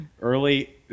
Early